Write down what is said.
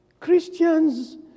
Christians